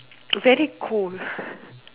very cold